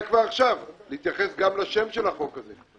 כבר עכשיו להתייחס גם לשם של החוק הזה.